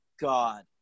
God